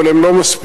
אבל הם לא מספיקים,